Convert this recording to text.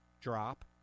drop